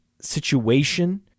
situation